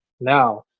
now